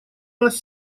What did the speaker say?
нас